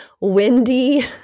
windy